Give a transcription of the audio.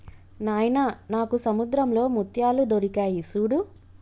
నాయిన నాకు సముద్రంలో ముత్యాలు దొరికాయి సూడు